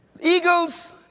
Eagles